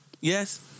Yes